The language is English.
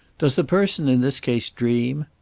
does the person in this case dream?